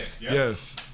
Yes